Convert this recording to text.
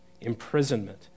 imprisonment